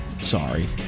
Sorry